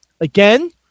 again